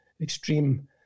extreme